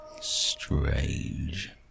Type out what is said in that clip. Strange